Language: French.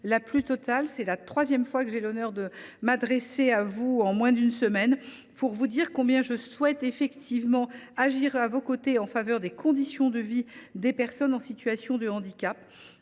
la plus totale. C’est la troisième fois que j’ai l’honneur de m’adresser à vous en moins d’une semaine pour vous dire combien je souhaite agir à vos côtés en faveur des conditions de vie des personnes en situation de handicap.